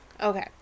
Okay